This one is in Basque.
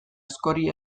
askori